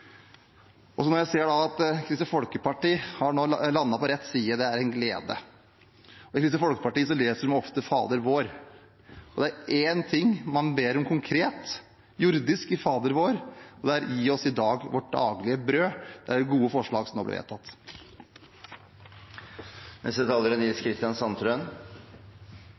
Når jeg nå ser at Kristelig Folkeparti har landet på rett side, er det en glede. I Kristelig Folkeparti leser man ofte Fadervår. Det er én jordisk ting man ber om konkret i Fadervår, og det er: Gi oss i dag vårt daglige brød. Det er gode forslag som nå